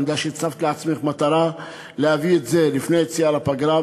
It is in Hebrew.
אני יודע שהצבת לעצמך מטרה להביא את זה לפני היציאה לפגרה,